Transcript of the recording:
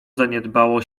zaniedbało